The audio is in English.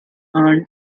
earned